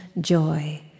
joy